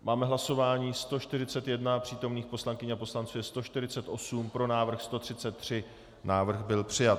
Máme hlasování 141, přítomných poslankyň a poslanců je 148, pro návrh 133, návrh byl přijat.